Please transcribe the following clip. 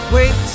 Wait